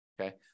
okay